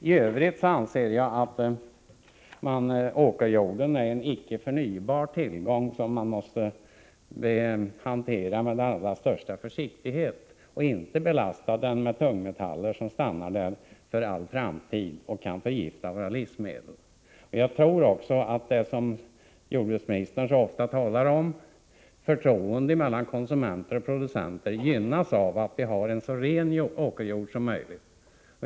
I övrigt anser jag att åkerjorden är en icke förnybar tillgång, som man måste hantera med allra största försiktighet och inte belasta med tungmetaller som stannar där för all framtid och kan förgifta våra livsmedel. Jag menar också att det som jordbruksministern så ofta talar om, förtroende mellan konsumenter och producenter, gynnas av att vi har en så ren åkerjord som möjligt.